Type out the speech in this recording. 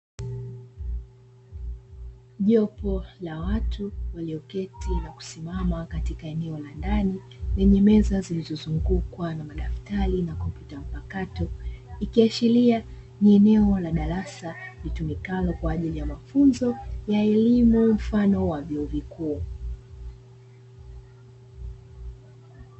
Jopo la watu walio keti na kusimama katika eneo la ndani lenye meza zilizo zungukwa na madaftari na kompyuta mpakato, ikiashiria ni eneo la darasa litumikalo kwajili ya mafunzo ya elimu mfano wa vyuo vikuu.